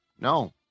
No